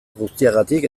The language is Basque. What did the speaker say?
guztiagatik